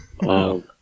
Wow